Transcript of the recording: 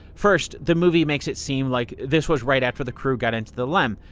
first, the movie makes it seem like this was right after the crew got into the lem.